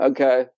Okay